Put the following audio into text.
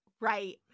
Right